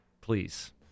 Please